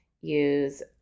use